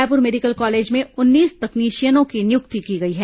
Raipur medical college में उन्नीस तकनीशियनों की नियुक्ति की गई है